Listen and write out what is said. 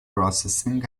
processing